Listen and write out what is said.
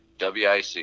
WIC